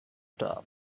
top